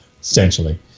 essentially